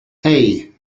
hey